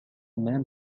man